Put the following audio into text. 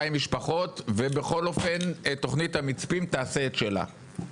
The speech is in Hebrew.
משפחות ובכל אופן תוכנית המצפים תעשה את שלה.